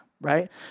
Right